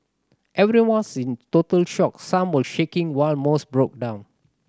everyone was in total shock some were shaking while most broke down